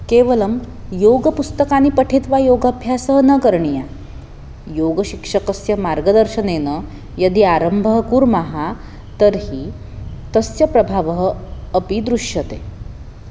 केवलं योगपुस्तकानि पठित्वा योगाभ्यासः न करणीयः योगशिक्षकस्य मार्गदर्शनेन यदि आरम्भं कुर्मः तर्हि तस्य प्रभावः अपि दृश्यते